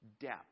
depth